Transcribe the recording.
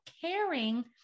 caring